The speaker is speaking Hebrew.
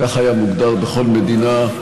כך היה מוגדר בכל מדינה,